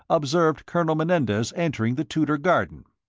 observed colonel menendez entering the tudor garden.